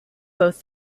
both